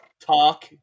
talk